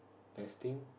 testing